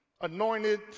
anointed